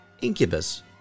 Incubus